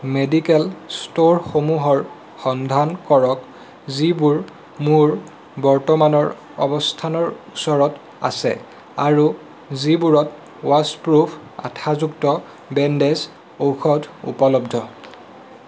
medical ষ্ট'ৰসমূহৰ সন্ধান কৰক যিবোৰ মোৰ বৰ্তমানৰ অৱস্থানৰ ওচৰত আছে আৰু যিবোৰত ৱাছপ্ৰুফ আঠাযুক্ত বেণ্ডেজ ঔষধ উপলব্ধ